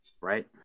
right